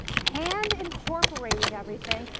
hand incorporating everything.